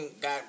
got